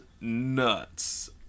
nuts